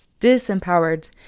disempowered